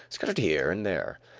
scattered here and there.